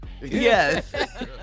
Yes